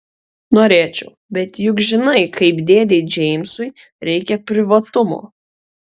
norėčiau bet juk žinai kaip dėdei džeimsui reikia privatumo